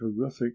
terrific